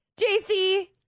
jc